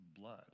blood